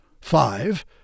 five